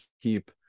keep